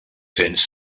cents